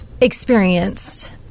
experienced